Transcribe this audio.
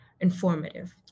informative